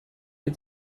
eta